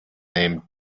name